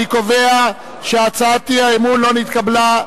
אני קובע שהצעת אי-האמון לא נתקבלה.